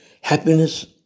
happiness